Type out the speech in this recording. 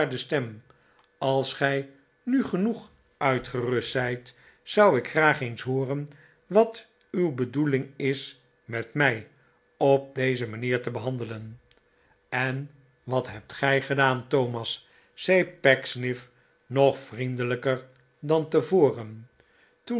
als gij nu genoeg uitgerust zijt zou ik graag eens hooren wat uw bedoeling is met mij op deze manier te behandelen en wat hebt gij gedaan thomas zei pecksniff nog vriendelijker dan tevoren